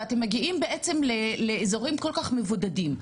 ואתם מגיעים לאזורים כל כך מבודדים,